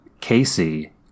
Casey